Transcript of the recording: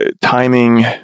timing